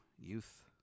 youth